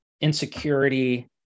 insecurity